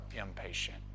impatient